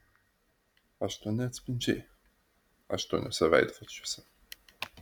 aštuoni atspindžiai aštuoniuose veidrodžiuose